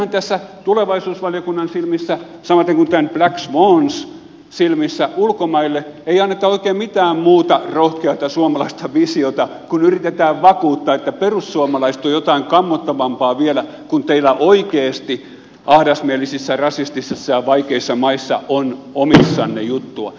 muutenhan tulevaisuusvaliokunnan silmissä samaten kuin black swans silmissä ulkomaille ei anneta oikein mitään muuta rohkeata suomalaista visiota kuin yritetään vakuuttaa että perussuomalaiset on jotain kammottavampaa vielä kuin teillä oikeasti ahdasmielisissä rasistisissa ja vaikeissa maissa on omissanne juttua